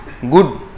good